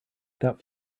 that